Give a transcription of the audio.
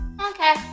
Okay